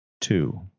two